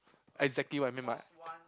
exactly what I mean by